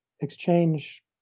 exchange